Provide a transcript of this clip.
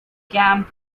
camp